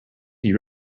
you